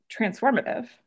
transformative